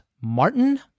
Martin